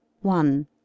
One